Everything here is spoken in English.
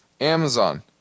Amazon